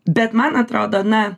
bet man atrodo na